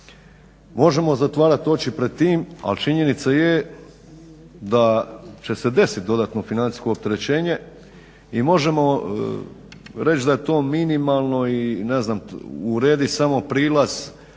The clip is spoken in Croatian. Možemo zatvarati oči pred tim ali činjenica je da će se desiti dodatno financijsko opterećenje i možemo reći da je to minimalno i ne znam uredi samo prilaz